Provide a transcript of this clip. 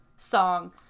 Song